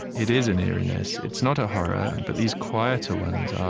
it is an eeriness. it's not a horror. but these quieter ones,